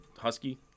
Husky